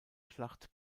schlacht